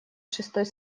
шестой